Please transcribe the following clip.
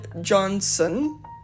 johnson